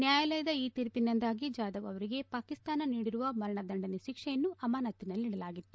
ನ್ಯಾಯಾಲಯದ ಈ ತೀರ್ಪಿನಿಂದಾಗಿ ಜಾಧವ್ ಅವರಿಗೆ ಪಾಕಿಸ್ತಾನ ನೀಡಿರುವ ಮರಣದಂಡನೆ ಶಿಕ್ಷೆಯನ್ನು ಅಮಾನತ್ತಿಲ್ಲಿಡಲಾಗಿದೆ